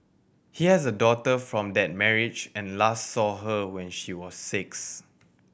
he has a daughter from that marriage and last saw her when she was six